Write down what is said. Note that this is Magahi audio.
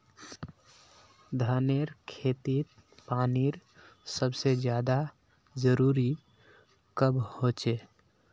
धानेर खेतीत पानीर सबसे ज्यादा जरुरी कब होचे?